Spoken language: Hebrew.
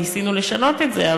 ניסינו לשנות את זה,